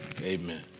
Amen